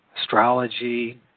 Astrology